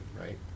right